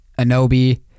Anobi